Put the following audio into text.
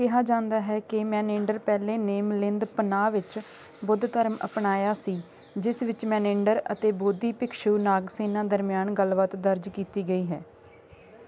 ਕਿਹਾ ਜਾਂਦਾ ਹੈ ਕਿ ਮੈਨੇਂਡਰ ਪਹਿਲੇ ਨੇ ਮਿਲਿੰਦ ਪਨਾਹ ਵਿੱਚ ਬੁੱਧ ਧਰਮ ਅਪਣਾਇਆ ਸੀ ਜਿਸ ਵਿੱਚ ਮੈਨੇਂਡਰ ਅਤੇ ਬੋਧੀ ਭਿਕਸ਼ੂ ਨਾਗਸੇਨਾ ਦਰਮਿਆਨ ਗੱਲਬਾਤ ਦਰਜ ਕੀਤੀ ਗਈ ਹੈ